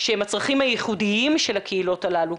שהם הצרכים הייחודיים של הקהילות הללו.